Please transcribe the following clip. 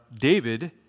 David